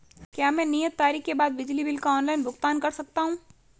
क्या मैं नियत तारीख के बाद बिजली बिल का ऑनलाइन भुगतान कर सकता हूं?